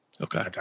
Okay